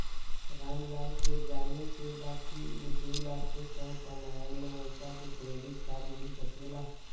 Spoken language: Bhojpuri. राम लाल के जाने के बा की ऊ दूलाख से कम कमायेन उनका के क्रेडिट कार्ड मिल सके ला?